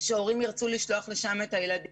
איך אנחנו צולחים את סבב ב' ואת סבב ג'?